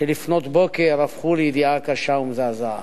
שלפנות בוקר הפכו לידיעה קשה ומזעזעת: